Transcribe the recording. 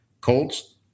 Colts